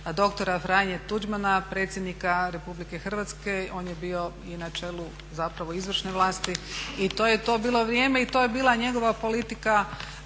doktora Franje Tuđmana, predsjednika Republike Hrvatske. On je bio i na čelu zapravo izvršne vlasti i to je to je bila njegova politika